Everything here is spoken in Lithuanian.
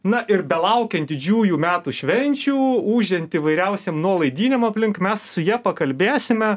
na ir belaukiant didžiųjų metų švenčių ūžiant įvairiausiem nuolaidynėm aplink mes su ja pakalbėsime